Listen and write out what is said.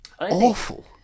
awful